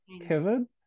Kevin